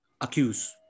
accuse